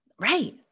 Right